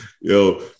Yo